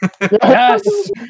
Yes